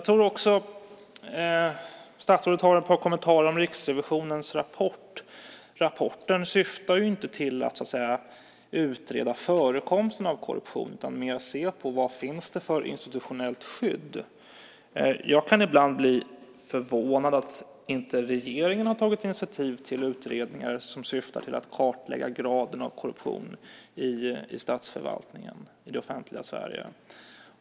Statsrådet gör ett par kommentarer om Riksrevisionens rapport. Rapporten syftar inte till att så att säga utreda förekomsten av korruption utan mer att man ska se på vilket institutionellt skydd som finns. Jag kan ibland bli förvånad över att regeringen inte har tagit initiativ till utredningar som syftar till att kartlägga graden av korruption i statsförvaltningen och i det offentliga Sverige.